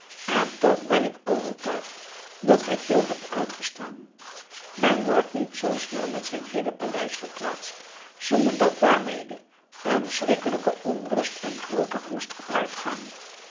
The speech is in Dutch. en toch ben ik overtuigd dat gij veel hebt uitgestaan men wordt niet zoo snel met zijn heele paleis verplaatst zonder dat daarmede een schrikkelijke onrust en groote angst gepaard gaan